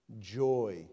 joy